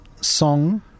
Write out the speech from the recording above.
song